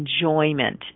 enjoyment